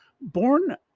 Born